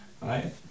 Right